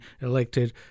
elected